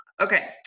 Okay